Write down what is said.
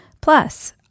Plus